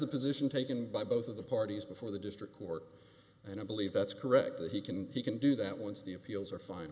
the position taken by both of the parties before the district court and i believe that's correct that he can he can do that once the appeals are fin